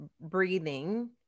breathing